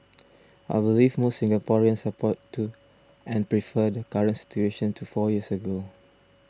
I believe most Singaporeans support to and prefer the current situation to four years ago